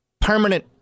permanent